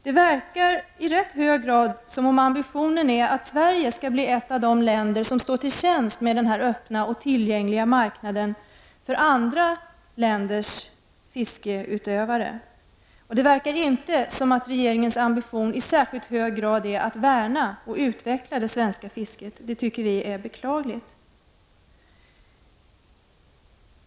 Det verkar i rätt hög grad som om ambitionen är att Sverige skall bli ett av de länder som står till tjänst med den här öppna och tillgängliga marknaden för andra länders fiskeutövare. Det verkar inte som att regeringens ambition i särskilt hög grad är att värna och utveckla det svenska fisket. Det tycker vi är beklagligt.